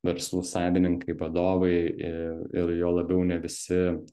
verslų savininkai vadovai i ir juo labiau ne visi